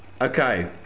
okay